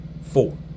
Four